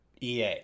EA